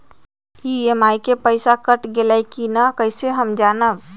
EMI के पईसा cut गेलक कि ना कइसे हम जानब?